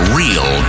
real